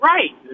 Right